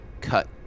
cut